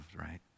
right